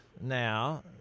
now